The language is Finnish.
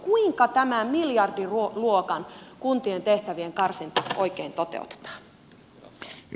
kuinka tämä miljardiluokan kuntien tehtävien karsinta oikein toteutetaan